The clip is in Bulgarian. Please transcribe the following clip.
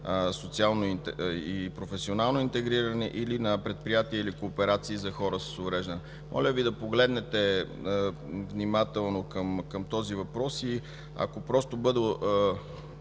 социална и професионална интеграция или на предприятия и кооперации на хора с увреждания. Моля Ви да погледнете внимателно към този въпрос и ако бъде